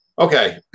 Okay